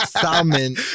Salmon